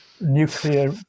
nuclear